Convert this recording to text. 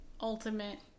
ultimate